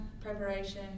preparation